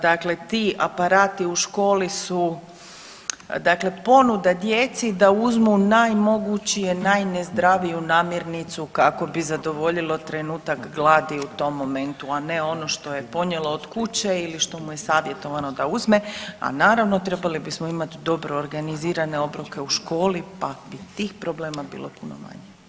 Dakle ti aparati u školi su dakle ponuda djeci da uzmu najmogućije, najnezdraviju namirnicu kako bi zadovoljilo trenutak gladi u tom momentu, a ne ono što je ponijelo od kuće ili što mu je savjetovano da uzme, a naravno, trebali bismo imati dobro organizirane obroke u školi pa tih problema bilo bi puno manje.